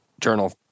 journal